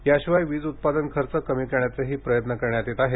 याशिवाय वीज उत्पादन खर्च कमी करण्याचेही प्रयत्न करण्यात येत आहेत